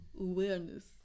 awareness